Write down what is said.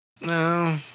No